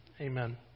Amen